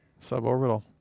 Suborbital